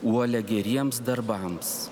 uolią geriems darbams